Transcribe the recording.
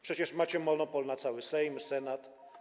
Przecież macie monopol na cały Sejm i Senat.